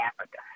Africa